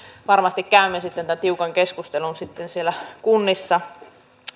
varmasti käy sitten tämän tiukan keskustelun siellä kunnissa